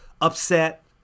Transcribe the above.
upset